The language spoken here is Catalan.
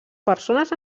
persones